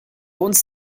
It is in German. uns